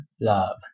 love